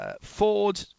Ford